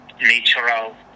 natural